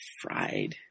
fried